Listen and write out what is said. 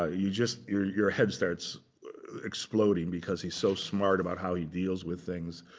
ah you just, your your head starts exploding, because he's so smart about how he deals with things.